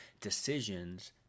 decisions